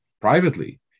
privately